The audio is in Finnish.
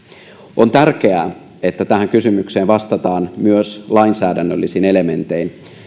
on tärkeää että tähän kysymykseen vastataan myös lainsäädännöllisin elementein